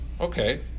okay